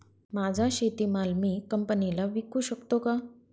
माझा शेतीमाल मी कंपनीला विकू शकतो का?